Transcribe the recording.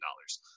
dollars